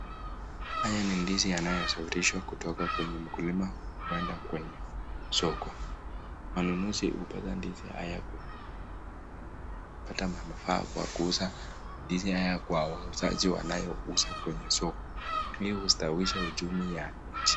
Haya ni ndizi yanayo safirishwa kutika kwenye mkulima kwenda kwenye soko. Wanunuzi hupata ndizi haya kwenye soko. Mkulima hupata manufaa kwa kuuza ndizi haya kwa wauzaji wanayouza kwenye soko. Hii hustawisha uchumi ya nchi .